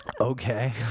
Okay